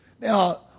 Now